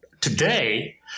today